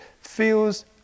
feels